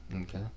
Okay